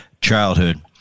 childhood